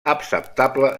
acceptable